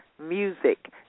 music